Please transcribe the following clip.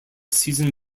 season